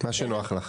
מה שנוח לך.